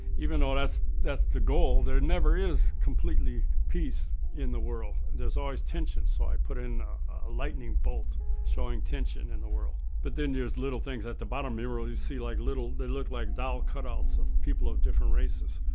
even though that's that's the goal, there never is completely peace in the world. there's always tension, so i put in a lightning bolt showing tension in the world, but then there's little things at the bottom of the mural. you see like little, they look like doll cutouts of people of different races,